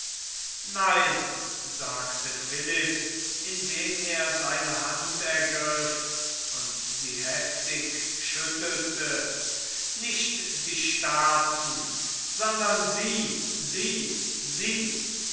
nein sagte philipp indem er seine hand ergriff und sie heftig schüttelte nicht die staaten sondern sie sie sie